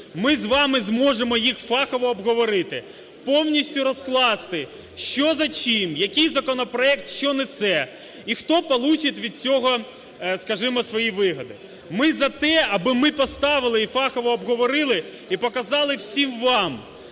Ми з вами зможемо їх фахово обговорити, повністю розкласти, що за чим, який законопроект, що несе і хто получить від цього, скажімо, свої вигоди. Ми за те, аби ми поставили і фахово обговорили, і показали всім вам,